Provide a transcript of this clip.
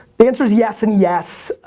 the answer is yes and yes.